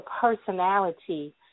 personality